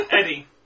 Eddie